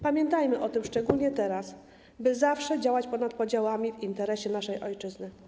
Pamiętajmy o tym szczególnie teraz, by zawsze działać ponad podziałami w interesie naszej ojczyzny.